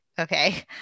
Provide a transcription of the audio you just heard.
okay